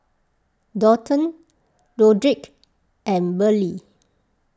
Daulton Rodrick and Burley